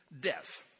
death